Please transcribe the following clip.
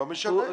לא משנה.